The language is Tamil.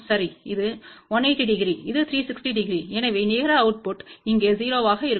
சரி இது 180 டிகிரி இது 360 டிகிரி எனவே நிகர அவுட்புட் இங்கே 0 ஆக இருக்கும்